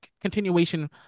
continuation